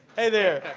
hey there.